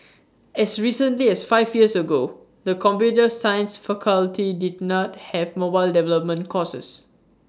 as recently as five years ago the computer science faculty did not have mobile development courses